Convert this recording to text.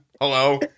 Hello